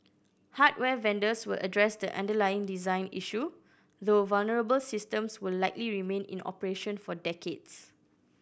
hardware vendors will address the underlying design issue though vulnerable systems will likely remain in operation for decades